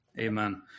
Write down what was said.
Amen